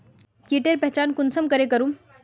कीटेर पहचान कुंसम करे करूम?